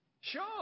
Sure